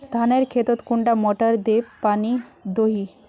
धानेर खेतोत कुंडा मोटर दे पानी दोही?